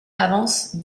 avance